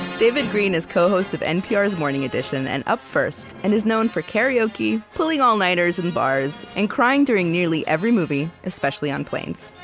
david greene is co-host of npr's morning edition and up first and is known for karaoke, pulling all-nighters in bars, and crying during nearly every movie, especially on planes.